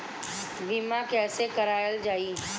बीमा कैसे कराएल जाइ?